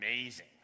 amazing